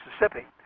Mississippi